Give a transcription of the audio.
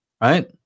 right